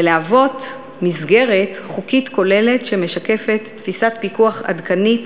ולהוות מסגרת חוקית כוללת המשקפת תפיסת פיקוח עדכנית,